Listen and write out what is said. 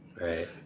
Right